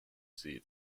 see